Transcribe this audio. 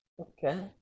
Okay